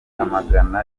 amagana